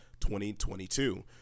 2022